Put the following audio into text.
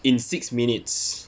in six minutes